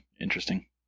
interesting